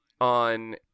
on